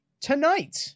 tonight